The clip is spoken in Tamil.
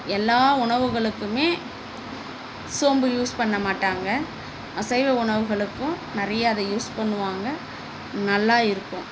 எல்லா உணவுகளுக்குமே சோம்பு யூஸ் பண்ண மாட்டாங்கள் அசைவ உணவுகளுக்கும் நிறைய அதை யூஸ் பண்ணுவாங்கள் நல்லா இருக்கும்